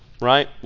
right